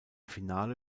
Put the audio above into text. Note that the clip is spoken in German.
finale